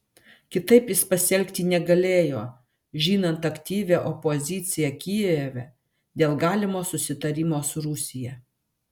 kitaip jis pasielgti negalėjo žinant aktyvią opoziciją kijeve dėl galimo susitarimo su rusija